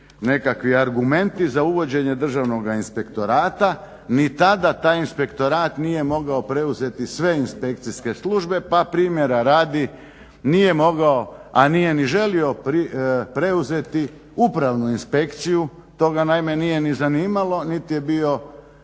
nekakvi argumenti za uvođenje Državnog inspektorata. Ni tada taj inspektorat nije mogao preuzeti sve inspekcijske službe pa primjera radi nije mogao, a nije ni želio preuzeti upravnu inspekciju. To ga naime nije ni zanimalo niti je bio